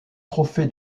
trophée